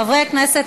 חברי הכנסת,